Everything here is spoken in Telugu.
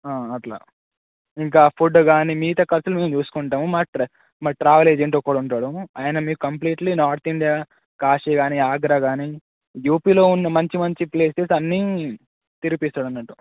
అట్లా ఇంకా ఫుడ్ కాని మిగతా ఖర్చులు మేము చూసుకుంటాము మా మా ట్రావెల్ ఏజెంట్ ఒకడు ఉంటాడు ఆయన మీకు కంప్లీట్లీ నార్త్ ఇండియా కాశీ కాని ఆగ్రా కాని యూపీలో ఉన్న మంచి మంచి ప్లేసెస్ అన్నీ తిరిపిస్తాడు అన్నటు